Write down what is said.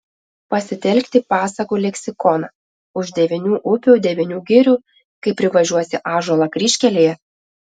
pasitelkti pasakų leksikoną už devynių upių devynių girių kai privažiuosi ąžuolą kryžkelėje